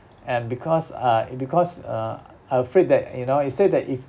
and because uh because uh I'm afraid that you know he said that if